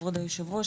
כבוד היושב ראש,